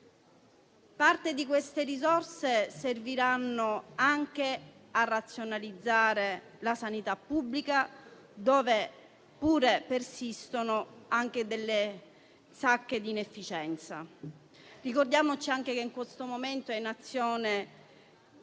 Parte di queste risorse serviranno a razionalizzare la sanità pubblica, dove pure persistono delle sacche di inefficienza. Ricordiamo inoltre che in questo momento è in azione